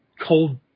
cold